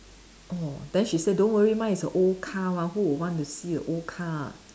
orh then she say don't worry mine is a old car one who would want to see a old car